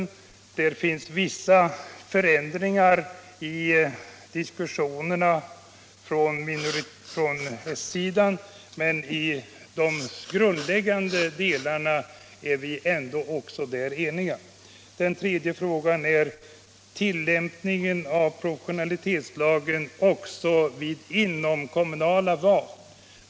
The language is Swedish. På s-sidan ger man uttryck för vissa avvikande uppfattningar i sina diskussioner, men också i dessa frågor är vi i de grundläggande delarna eniga. För det tredje gäller det tillämpningen av proportionalitetslagen också vid inomkommunala val.